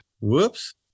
Whoops